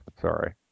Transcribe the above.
sorry